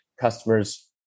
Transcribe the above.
customers